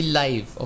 live